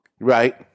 Right